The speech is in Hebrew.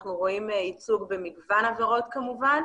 אנחנו רואים ייצוג במגוון עבירות כמובן,